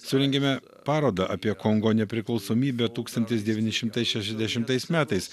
surengėme parodą apie kongo nepriklausomybę tūkstantis devyni šimtai šešiasdešimtais metais